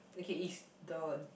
okay it's the